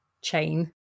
chain